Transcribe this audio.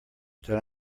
that